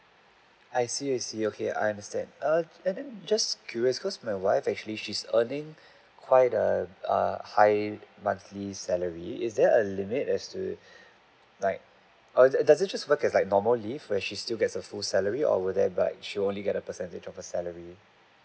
I see I see okay I understand err and then just curious cos' my wife actually she's earning quite err a high monthly salary is there a limit as to like err does it work just like a normal leave where she still gets her full salary or will there like she only get a percentage of her salary